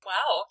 Wow